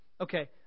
Okay